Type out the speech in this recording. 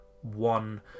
one